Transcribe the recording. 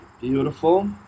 Beautiful